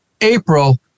April